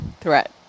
Threat